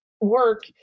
work